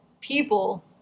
people